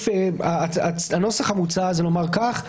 הנוסח המוצע אומר כך: